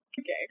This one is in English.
Okay